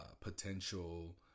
potential